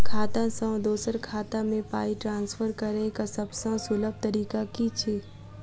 खाता सँ दोसर खाता मे पाई ट्रान्सफर करैक सभसँ सुलभ तरीका की छी?